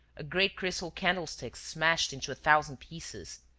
a great crystal candlestick smashed into a thousand pieces,